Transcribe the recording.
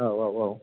औ औ औ